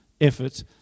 effort